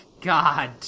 God